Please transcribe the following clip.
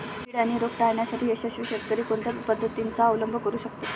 कीड आणि रोग टाळण्यासाठी यशस्वी शेतकरी कोणत्या पद्धतींचा अवलंब करू शकतो?